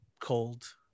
cold